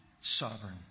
sovereign